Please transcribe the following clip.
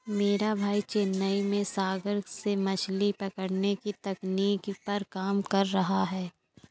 मेरा भाई चेन्नई में सागर से मछली पकड़ने की तकनीक पर काम कर रहा है